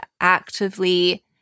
actively